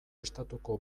estatuko